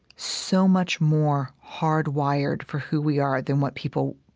so much more hard-wired for who we are than what people,